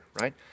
right